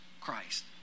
Christ